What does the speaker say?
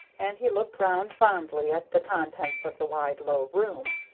and he looked round fondly at the contents of the wide low room.